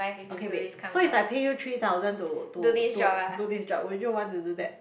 okay wait so if I pay you three thousand to to to to this job would you want to do that